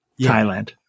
Thailand